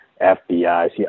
fbi